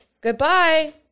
Goodbye